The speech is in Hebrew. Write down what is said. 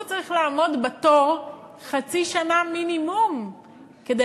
הוא צריך לעמוד בתור חצי שנה מינימום כדי